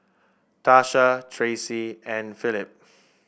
Tasha Tracie and Philip